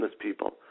people